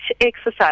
exercise